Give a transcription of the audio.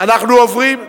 אדוני היושב-ראש,